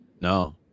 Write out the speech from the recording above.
No